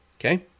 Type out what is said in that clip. Okay